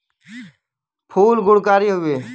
फूल गुणकारी हउवे